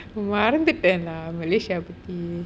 மறந்துட்டன்:marantuttan lah malaysia பத்தி:patthi